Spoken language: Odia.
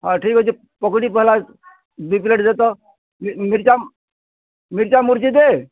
ହଁ ଠିକ୍ ଅଛେ ପକୁଡ଼ି ପହେଲା ଦୁଇ ପ୍ଳେଟ୍ ଦେ ତ ମିର୍ଚା ମିର୍ଚା ମୁର୍ଚି ଦେ